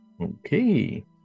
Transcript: Okay